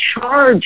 charge